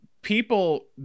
people